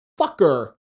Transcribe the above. fucker